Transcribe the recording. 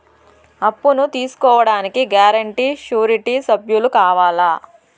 అప్పును తీసుకోడానికి guarantee, surety సభ్యులు కావాలా?